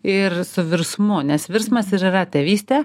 ir su virsmu nes virsmas ir yra tėvystė